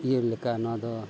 ᱤᱭᱟᱹ ᱞᱮᱠᱟ ᱱᱚᱣᱟ ᱫᱚ